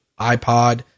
iPod